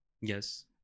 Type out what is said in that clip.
Yes